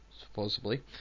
supposedly